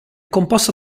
composta